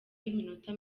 y’iminota